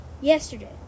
yesterday